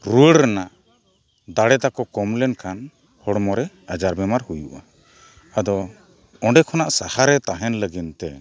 ᱨᱩᱣᱟᱹᱲ ᱨᱮᱱᱟᱜ ᱫᱟᱲᱮ ᱛᱟᱠᱚ ᱠᱚᱢ ᱞᱮᱱᱠᱷᱟᱱ ᱦᱚᱲᱢᱚᱨᱮ ᱟᱡᱟᱨᱼᱵᱮᱢᱟᱨ ᱦᱩᱭᱩᱜᱼᱟ ᱟᱫᱚ ᱚᱸᱰᱮ ᱠᱷᱚᱱᱟᱜ ᱥᱟᱦᱟᱨᱮ ᱛᱟᱦᱮᱱ ᱞᱟᱹᱜᱤᱫ ᱛᱮ